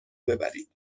ببرید